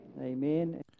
amen